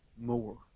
more